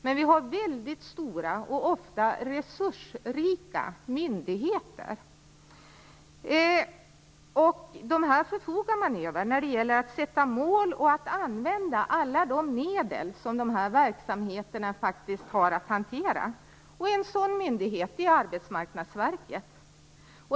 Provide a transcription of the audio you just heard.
Men vi har väldigt stora och ofta resursrika myndigheter. Dessa förfogar man över. Men det gäller att sätta mål och att använda alla de medel som dessa verksamheter faktiskt har att hantera. En sådan myndighet är Arbetmarknadsverket.